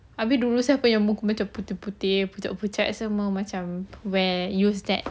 habis dulu siapa yang muka macam putih-putih pucat-pucat semua macam where use that